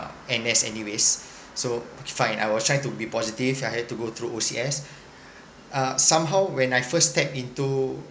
N_S anyways so okay fine I was trying to be positive I have to go through O_C_S uh somehow when I first stepped into